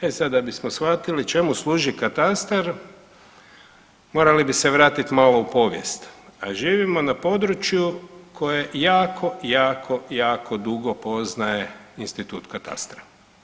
E sad da bismo shvatili čemu služi katastar morali bi se vratiti u povijest, a živimo na području koje jako, jako dugo poznaje institut katastra.